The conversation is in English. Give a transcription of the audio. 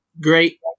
great